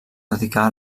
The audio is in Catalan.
dedicar